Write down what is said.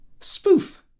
spoof